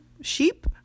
sheep